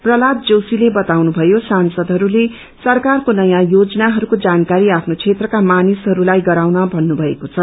प्रहलाद जोशीले बताउनु भयो सांसदहरूले सरकारको नयाँ योजनाहरूको जानकारी आफ्नो क्षेत्रका मानिसहरूलाई गराउन भन्नुभएको छ